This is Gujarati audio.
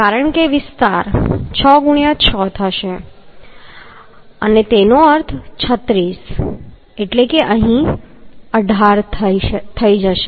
કારણ કે આ વિસ્તાર 6 ✕ 6 થશે અને તેનો અર્થ 36 એટલે કે 18 અહીં જશે